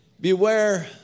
Beware